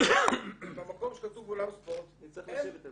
במקום שכתוב אולם ספורט, אין.